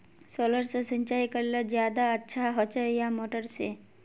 Solar से सिंचाई करले ज्यादा अच्छा होचे या मोटर से?